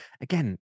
again